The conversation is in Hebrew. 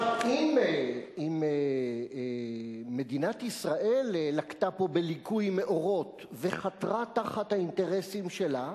אם מדינת ישראל לקתה פה בליקוי מאורות וחתרה תחת האינטרסים שלה,